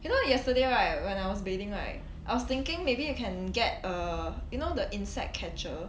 you know yesterday right when I was bathing right I was thinking maybe you can get err you know the insect catcher